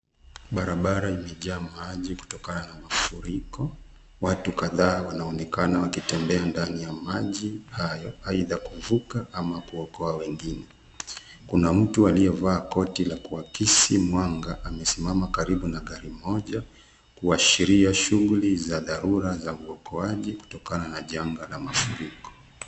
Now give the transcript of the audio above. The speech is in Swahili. Barabara imejaa maji kutokana na mafuriko. Watu kadhaa wanaonekana wakitembea ndani ya maji hayo, aidha, kuvuka ama kuokoa wengine. Kuna mtu aliyevaa koti la kuakisi mwanga, amesimama karibu na gari moja, kuashiria shughuli za dharura za uokoaji kutokana na janga la mafuriko.